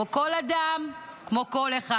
כמו כל אדם, כמו כל אחד.